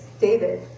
David